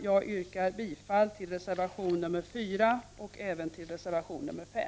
Jag yrkar bifall till reservation nr 4 och även till reservation nr 5.